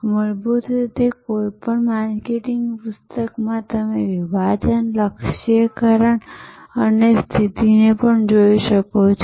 મૂળભૂત રીતે કોઈપણ માર્કેટિંગ પુસ્તકમાં તમે વિભાજન લક્ષ્યીકરણ અને સ્થિતિને પણ જોઈ શકો છો